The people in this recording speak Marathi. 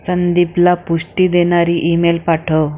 संदीपला पुष्टी देणारी ईमेल पाठव